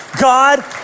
God